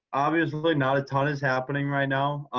obviously not a ton is happening right now.